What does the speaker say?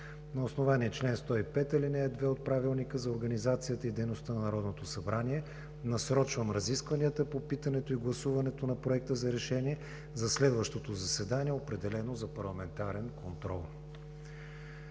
На основание чл. 105, ал. 2 от Правилника за организацията и дейността на Народното събрание насрочвам разискванията по питането и гласуването на Проекта за решение за следващото заседание, определено за парламентарен контрол.“